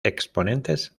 exponentes